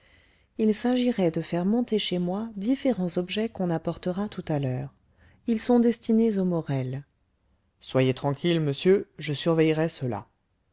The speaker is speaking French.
il s'agirait de faire monter chez moi différents objets qu'on apportera tout à l'heure ils sont destinés aux morel soyez tranquille monsieur je surveillerai cela